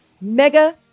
mega